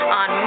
on